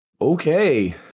Okay